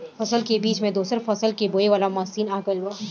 फसल के बीच मे दोसर फसल के बोवे वाला मसीन आ गईल बा